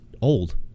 old